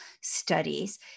studies